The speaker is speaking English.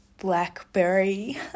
blackberry